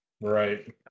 Right